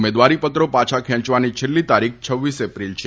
ઉમેદવારીપત્રો પાછા ખેંચવાની છેલ્લી તારીખ ર હમી એપ્રિલ છે